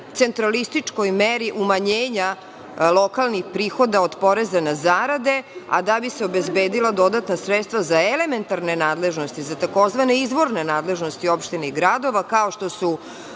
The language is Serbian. centralističkoj meri umanjenja lokalnih prihoda od poreza na zarade, a da bi se obezbedila dodatna sredstva za elementarne nadležnosti, za tzv. izvorne nadležnosti opština i gradova, kao što su